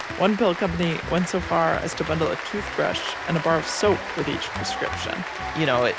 one pill company went so far as to bundle a toothbrush and a bar of soap with each prescription you know,